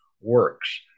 works